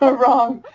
ah wrong.